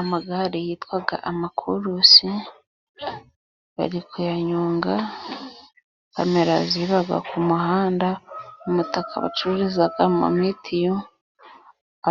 Amagare yitwa amakurusi, bari kuyanyonga, kamera ziba ku muhanda, umutaka bacururizamo mitiyu,